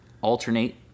alternate